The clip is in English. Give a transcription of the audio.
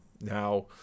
now